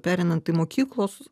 pereinant į mokyklos